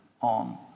on